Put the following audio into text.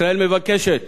ישראל מבקשת